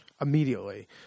immediately